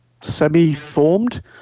semi-formed